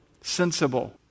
sensible